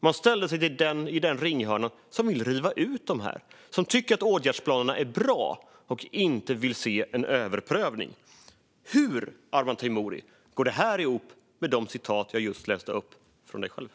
De ställde sig i den ringhörna som vill riva ut den småskaliga vattenkraften, som tycker att åtgärdsplanerna är bra och inte vill se en överprövning. Hur, Arman Teimouri, går det här ihop med de citat av dig själv som jag just läste upp?